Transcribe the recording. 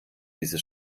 diese